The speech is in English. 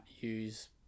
use